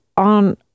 on